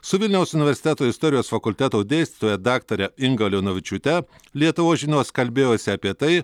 su vilniaus universiteto istorijos fakulteto dėstytoja daktare inga leonavičiūte lietuvos žinios kalbėjosi apie tai